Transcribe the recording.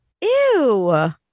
Ew